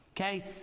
Okay